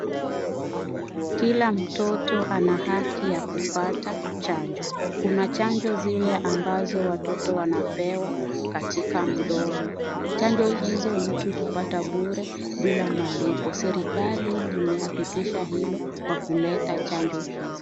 Kila mtoto ana haki ya kupata chanjo kuna chanjo zile ambazo watoto wanapewa katika mdomo. Chanjo hizo mtu hupata bure bila malipo. Serikali imehakikisha hilo kwa kuleta chanjo hizi.